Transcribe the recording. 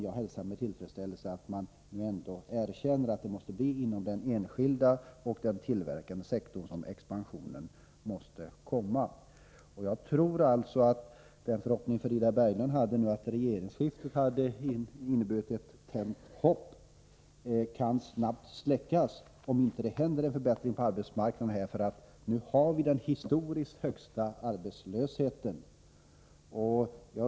Jag hälsar med tillfredsställelse att man ändå erkänner att det är inom den enskilda och tillverkande sektorn som expansionen måste komma. Frida Berglund trodde att regeringsskiftet hade tänt ett hopp, men jag tror att det snart kan släckas, om det inte inträffar en förbättring på arbetsmarknaden. Nu har vi nämligen den historiskt sett högsta arbetslösheten i vårt land.